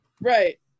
Right